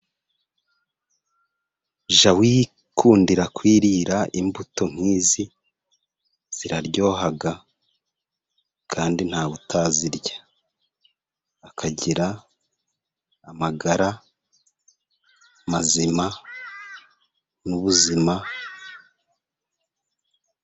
Jya wikundira kwirira imbuto nkizi ziraryoha, kandi ntawe utazirya akagira amagara mazima n'ubuzima.